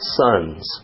sons